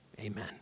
Amen